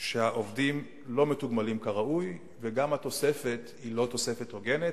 שהעובדים לא מתוגמלים כראוי וגם התוספת היא לא תוספת הוגנת.